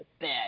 bad